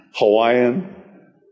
Hawaiian